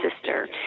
sister